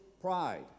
pride